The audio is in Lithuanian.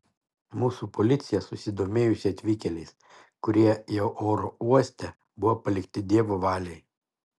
mūsų policija susidomėjusi atvykėliais kurie jau oro uoste buvo palikti dievo valiai